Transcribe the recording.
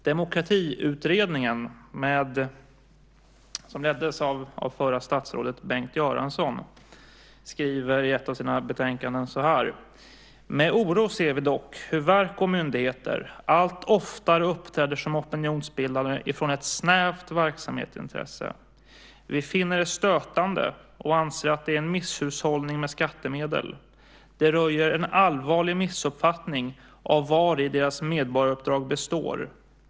Demokratiutredningen, som leddes av förra statsrådet Bengt Göransson, skriver i ett av sina betänkanden så här: Med oro ser vi dock hur verk och myndigheter allt oftare uppträder som opinionsbildare ifrån ett snävt verksamhetsintresse. Vi finner det stötande och anser att det är en misshushållning med skattemedel. Det röjer en allvarlig missuppfattning av vari deras medborgaruppdrag består.